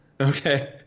okay